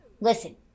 Listen